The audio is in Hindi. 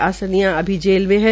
आसनिया अभी जेल मे है